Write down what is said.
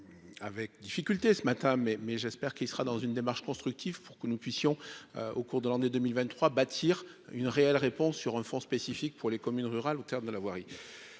avec difficulté ce matin mais mais j'espère qu'il sera dans une démarche constructive pour que nous puissions au cours de l'année 2023 bâtir une réelle réponse sur un fonds spécifique pour les communes rurales, au terme de la voirie,